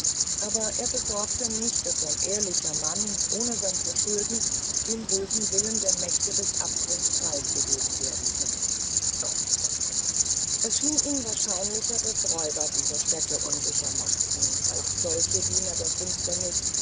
aber er besorgte nicht daß ein ehrlicher mann ohne sein verschulden dem bösen willen der mächte des abgrunds preis gegeben werden könne es schien ihm wahrscheinlicher daß räuber diese stäte unsicher machten als solche diener der finsterniß